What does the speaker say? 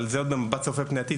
אבל זה עוד במבט צופה פני עתיד.